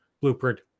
blueprint